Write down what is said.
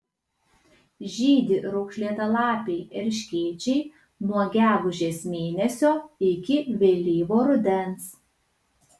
žydi raukšlėtalapiai erškėčiai nuo gegužės mėnesio iki vėlyvo rudens